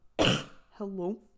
hello